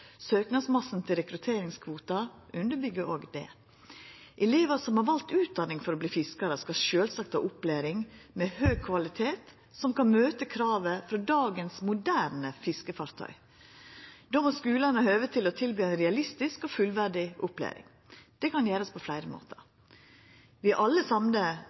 Søknadsmassen til rekrutteringskvota underbyggjer òg det. Elevar som har valt utdanning for å bli fiskarar, skal sjølvsagt ha opplæring med høg kvalitet som kan møta kravet frå dagens moderne fiskefartøy. Då må skulane ha høve til å tilby ei realistisk og fullverdig opplæring. Det kan gjerast på fleire måtar. Vi er alle